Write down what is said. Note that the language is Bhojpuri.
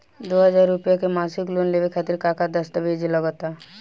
दो हज़ार रुपया के मासिक लोन लेवे खातिर का का दस्तावेजऽ लग त?